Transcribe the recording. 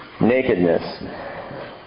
nakedness